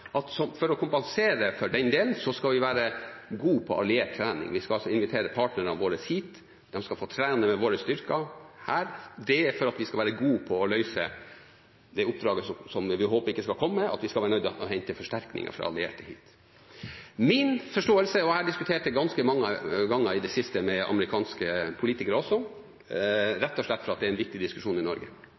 sagt at for å kompensere for den delen skal vi være gode i alliert trening. Vi skal altså invitere partnerne våre hit, de skal få trene med våre styrker her, dette for at de skal være gode i å løse det oppdraget som vi håper ikke skal komme – at vi skal være nødt til å hente forsterkninger fra allierte hit. Min forståelse er – og dette har jeg diskutert ganske mange ganger i det siste, også med amerikanske politikere, rett og slett fordi det er en viktig diskusjon i Norge